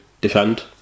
defend